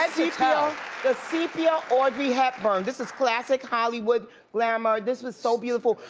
head to toe! the sepia audrey hepburn. this is classic hollywood glamor. this was so beautiful.